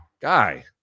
guy